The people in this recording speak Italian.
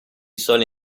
sole